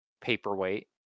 paperweight